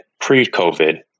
pre-COVID